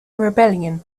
rebellion